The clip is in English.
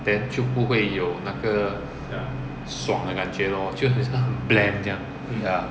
then 就不会有那个爽的感觉咯就很像很 bland 这样 ya